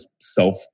self